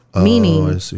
Meaning